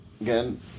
again